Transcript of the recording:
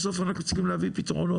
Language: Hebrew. בסוף אנחנו צריכים להביא פתרונות